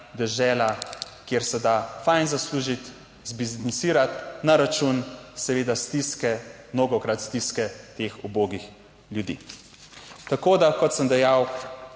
dežela, kjer se da fajn zaslužiti, zbiznisirati na račun seveda stiske, mnogokrat stiske teh ubogih ljudi. Tako da kot sem dejal,